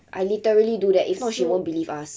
I literally do that if not she won't believe us